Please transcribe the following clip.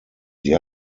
sie